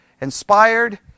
inspired